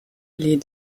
les